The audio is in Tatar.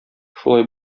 шулай